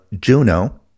Juno